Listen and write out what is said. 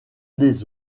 des